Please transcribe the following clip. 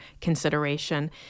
consideration